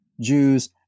Jews